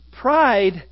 Pride